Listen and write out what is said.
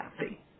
happy